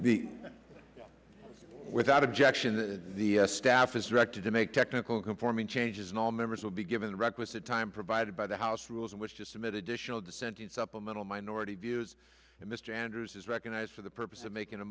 be without objection the staff is directed to make technical conforming changes and all members will be given the requisite time provided by the house rules in which just amid additional dissenting supplemental minority views mr sanders is recognized for the purpose of making a